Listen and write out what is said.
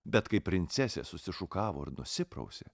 bet kai princesė susišukavo ir nusiprausė